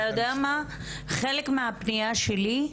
חלק מהפנייה שלי,